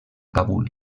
kabul